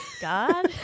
god